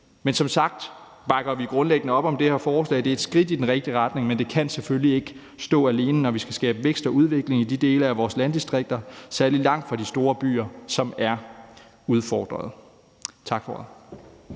Men som sagt bakker vi grundlæggende op om det her forslag. Det er et skridt i den rigtige retning, men det kan selvfølgelig ikke stå alene, når vi skal skabe vækst og udvikling i de dele af vores landdistrikter, særlig langt fra de store byer, som er udfordrede. Tak for ordet.